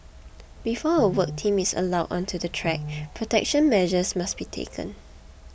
before a work team is allowed onto the track protection measures must be taken